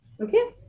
Okay